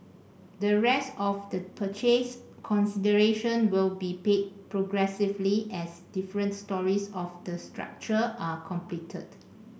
the rest of the purchase consideration will be paid progressively as different storeys of the structure are completed